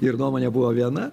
ir nuomonė buvo viena